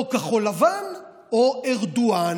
או כחול לבן או ארדואן.